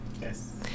Yes